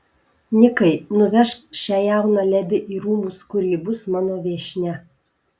nikai nuvežk šią jauną ledi į rūmus kur ji bus mano viešnia